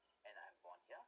and I'm born here